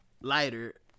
lighter